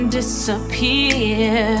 disappear